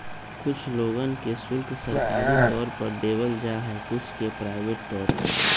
कुछ लोगन के शुल्क सरकारी तौर पर देवल जा हई कुछ के प्राइवेट तौर पर